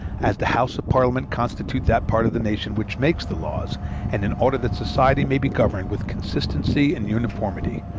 as the houses of parliament constitute that part of the nation which makes the laws and in order that society may be governed with consistency and uniformity,